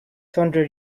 hundred